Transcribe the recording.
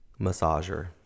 massager